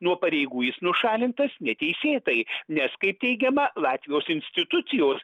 nuo pareigų jis nušalintas neteisėtai nes kaip teigiama latvijos institucijos